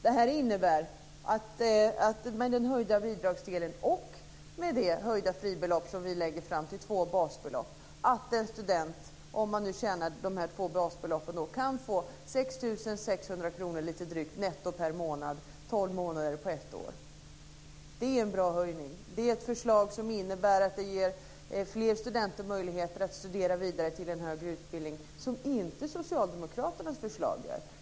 Det förslag vi lägger fram om höjd bidragsdel och höjt fribelopp till två basbelopp innebär att en student, om den tjänar två basbelopp, kan få lite drygt Det är en bra höjning. Det är ett förslag som ger fler studenter möjlighet att studera vidare i högre utbildning, något som inte socialdemokraternas förslag ger.